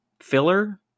filler